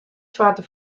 soarte